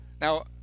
now